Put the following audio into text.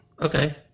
Okay